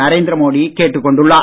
நரேந்திர மோடி கேட்டுக் கொண்டுள்ளார்